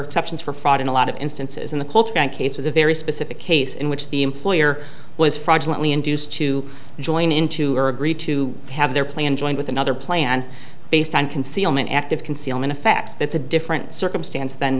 exceptions for fraud in a lot of instances in the case was a very specific case in which the employer was fraudulent we induced to join into or agree to have their plan joined with another plan based on concealment active concealment effects that's a different circumstance th